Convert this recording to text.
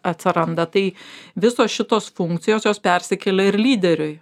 atsiranda tai visos šitos funkcijos jos persikelia ir lyderiui